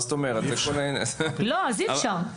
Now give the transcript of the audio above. לא, אז אי אפשר.